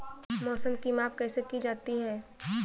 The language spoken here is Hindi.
मौसम की माप कैसे की जाती है?